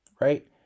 right